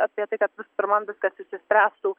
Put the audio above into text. apie tai kad pirmam viskas išsispręstų